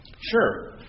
Sure